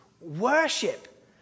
worship